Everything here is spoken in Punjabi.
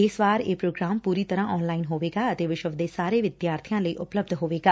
ਇਸ ਵਾਰ ਇਹ ਪ੍ਰੋਗਰਾਮ ਪੁਰੀ ਤਰ੍ਹਾਂ ਆਨਲਾਈਨ ਹੋਵੇਗਾ ਅਤੇ ਵਿਸ਼ਵ ਦੇ ਸਾਰੇ ਵਿਦਿਆਰਬੀਆਂ ਲਈ ਉਪਲਬੱਧ ਹੋਵੇਗਾ